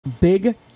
big